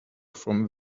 from